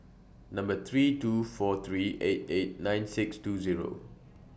Number three two four three eight eight nine six two Zero